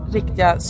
riktiga